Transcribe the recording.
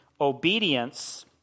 obedience